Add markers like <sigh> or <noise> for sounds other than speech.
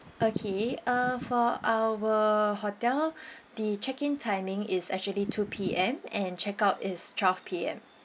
okay uh for our hotel <breath> the check in timing is actually two P_M and check out is twelve P_M